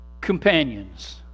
companions